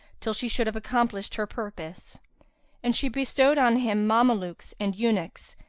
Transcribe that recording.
till she should have accomplished her purpose and she bestowed on him mamelukes and eunuchs,